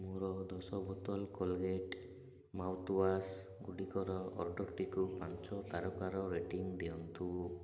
ମୋର ଦଶ ବୋତଲ କୋଲଗେଟ୍ ମାଉଥ୍ୱାଶ୍ ଗୁଡ଼ିକର ଅର୍ଡ଼ର୍ଟିକୁ ପାଞ୍ଚ ତାରକାର ରେଟିଂ ଦିଅନ୍ତୁ